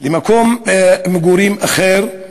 למקום מגורים אחר,